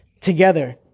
together